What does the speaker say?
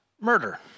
murder